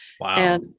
Wow